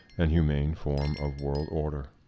and humane form of world order?